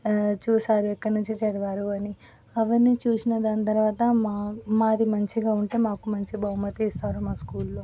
చూశారు ఎక్కడ్నుంచి చదివారు అని అవన్నీ చూసిన దాని తర్వాత మా మాది మంచిగా ఉంటే మాకు మంచి బహుమతి ఇస్తారు మా స్కూల్లో